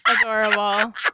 Adorable